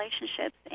relationships